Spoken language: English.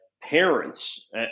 parents